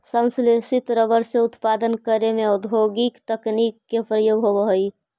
संश्लेषित रबर के उत्पादन करे में औद्योगिक तकनीक के प्रयोग होवऽ हइ